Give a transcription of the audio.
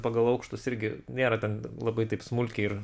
pagal aukštus irgi nėra ten labai taip smulkiai ir